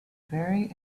very